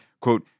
quote